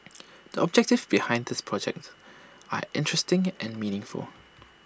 the objectives behind this project are interesting and meaningful